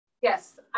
Yes